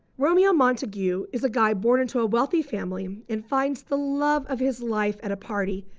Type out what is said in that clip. romeo montague is a guy born into a wealthy family and finds the love of his life at a party,